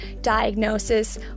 diagnosis